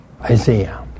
Isaiah